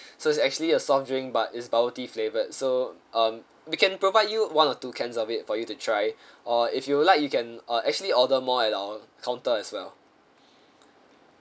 so it's actually a soft drink but is bubble tea flavoured so um we can provide you one or two cans of it for you to try or if you would like you can uh actually order more at our counter as well